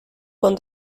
con